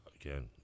Again